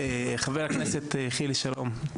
חבר הכנסת חילי שלום,